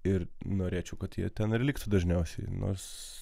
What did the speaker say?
ir norėčiau kad jie ten ir liktų dažniausiai nors